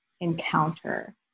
encounter